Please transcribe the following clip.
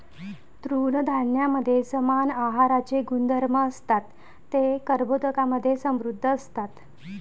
तृणधान्यांमध्ये समान आहाराचे गुणधर्म असतात, ते कर्बोदकांमधे समृद्ध असतात